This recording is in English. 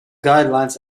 guidelines